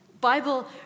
Bible